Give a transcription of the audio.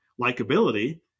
Likeability